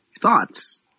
Thoughts